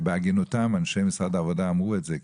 בהגינותם, אנשי משרד העבודה אמרו את זה.